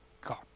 God